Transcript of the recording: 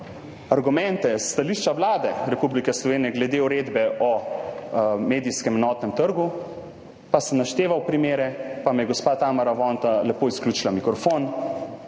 argumente s stališča Vlade Republike Slovenije glede uredbe o medijskem enotnem trgu. Sem našteval primere pa mi je gospa Tamara Vonta lepo izključila mikrofon.